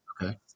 Okay